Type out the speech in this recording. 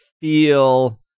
feel